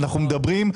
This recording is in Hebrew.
אנחנו מדברים,